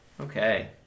Okay